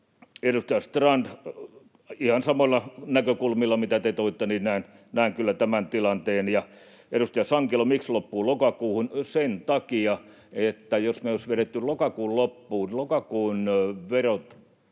Edustaja Strand, ihan samoilla näkökulmilla, mitä te toitte, näen kyllä tämän tilanteen. Ja edustaja Sankelo: miksi loppuu lokakuuhun? Sen takia, että lokakuun verotiedot,